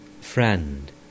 Friend